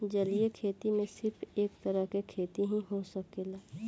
जलीय खेती में सिर्फ एक तरह के खेती ही हो सकेला